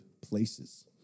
places